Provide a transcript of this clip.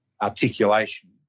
articulation